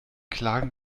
klagen